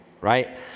right